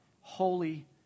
holy